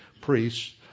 priests